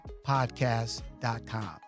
Podcast.com